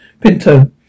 Pinto